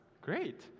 Great